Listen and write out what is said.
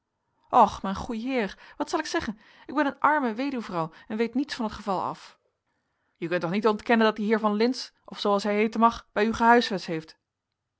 och mijn goeie heer wat zal ik zeggen ik ben een arme weduwvrouw en weet niets van t geval af je kunt toch niet ontkennen dat die heer van lintz of zooals hij heeten mag bij u gehuisvest heeft